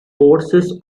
forces